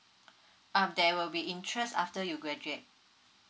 um there will be interest after you graduate